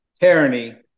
tyranny